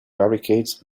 barricades